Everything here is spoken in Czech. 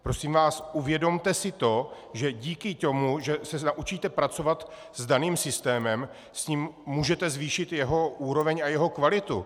Prosím vás, uvědomte si, že díky tomu, že se naučíte pracovat s daným systémem, s ním můžete zvýšit jeho úroveň a jeho kvalitu.